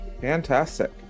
fantastic